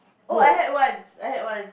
oh I had once I had once